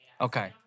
Okay